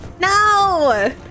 No